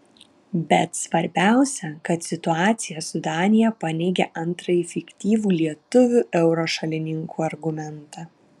bet svarbiausia kad situacija su danija paneigia antrąjį fiktyvų lietuvių euro šalininkų argumentą